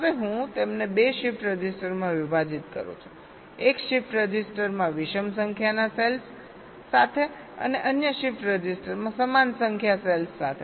હવે હું તેમને 2 શિફ્ટ રજિસ્ટરમાં વિભાજીત કરું છું એક શિફ્ટ રજિસ્ટરમાં વિષમ સંખ્યાના સેલ્સ સાથે અને અન્ય શિફ્ટ રજિસ્ટરમાં સમાન સંખ્યા સેલ્સ સાથે